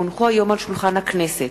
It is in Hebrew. כי הונחו היום על שולחן הכנסת,